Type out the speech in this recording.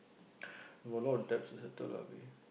I got a lot of debts to settle lah B